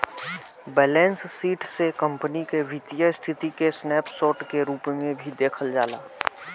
balance sheet से company के वित्तीय स्थिति के स्नैप शोर्ट के रूप में भी देखल जाला